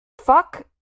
Fuck